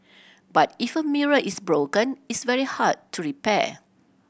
but if a mirror is broken it's very hard to repair